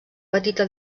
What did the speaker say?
petita